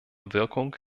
wirkung